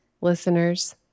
listeners